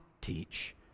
teach